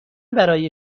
برای